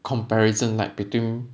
comparison like between